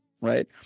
right